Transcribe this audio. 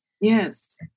Yes